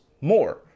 more